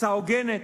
הצעה הוגנת.